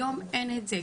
היום אין את זה.